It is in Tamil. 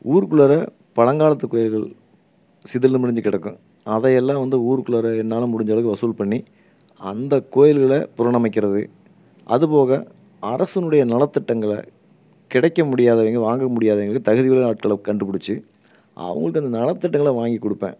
ஊருக்குள்ளார பழங்காலத்து கோயில்கள் சிதலும் அடஞ்சு கிடக்கும் அதை எல்லாம் வந்து ஊருக்குள்ளார என்னால் முடிஞ்ச அளவுக்கு வசூல் பண்ணி அந்த கோயில்களை புறன் அமைக்கிறது அதுபோக அரசுனுடைய நல திட்டங்களை கிடைக்க முடியாதவிங்க வாங்க முடியாதவிங்களுக்கு தகுதி உள்ள ஆட்களை கண்டுப்புடிச்சு அவங்களுக்கு அந்த நல திட்டங்களை வாங்கி கொடுப்பேன்